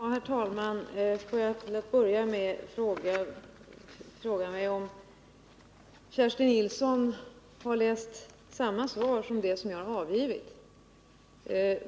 Herr talman! Till att börja med frågar jag mig om Kerstin Nilsson har läst samma svar som det som jag har avgivit.